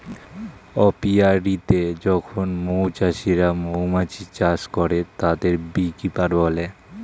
অপিয়া রীতে যখন মৌ চাষিরা মৌমাছি চাষ করে, তাদের বী কিপার বলে